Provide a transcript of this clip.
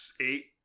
eight